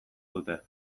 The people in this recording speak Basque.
dute